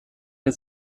der